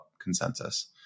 consensus